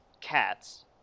cats